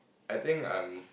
I think I'm